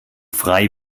frei